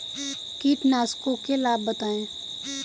कीटनाशकों के लाभ बताएँ?